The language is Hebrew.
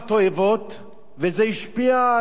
וזה השפיע על הנפש שלהם.